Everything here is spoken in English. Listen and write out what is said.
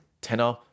tenor